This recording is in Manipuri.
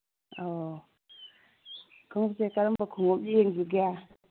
ꯑꯣ ꯈꯣꯡꯎꯞꯁꯦ ꯀꯔꯝꯕ ꯈꯣꯡꯎꯞ ꯌꯦꯡꯁꯤꯒꯦ